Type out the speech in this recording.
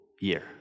year